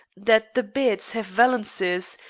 that the beds have valances,